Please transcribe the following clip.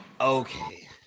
okay